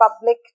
public